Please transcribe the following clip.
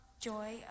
joy